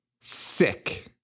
Sick